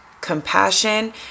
compassion